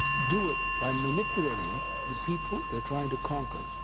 do it by manipulating the people they are trying to conquer.